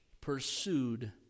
pursued